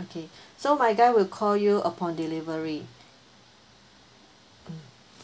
okay so my guy will call you upon delivery um